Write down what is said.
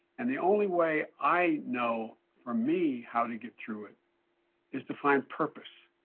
and the only way i know for me how to get through it is to find purpose.